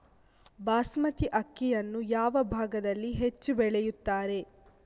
ಬಾಸ್ಮತಿ ಅಕ್ಕಿಯನ್ನು ಯಾವ ಭಾಗದಲ್ಲಿ ಹೆಚ್ಚು ಬೆಳೆಯುತ್ತಾರೆ?